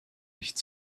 nicht